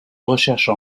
recherches